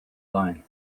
line